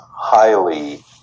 highly